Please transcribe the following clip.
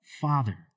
Father